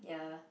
ya